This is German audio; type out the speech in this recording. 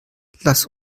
lass